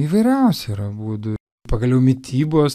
įvairiausių yra būdų pagaliau mitybos